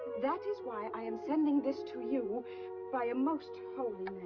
that is why i am sending this to you by a most holy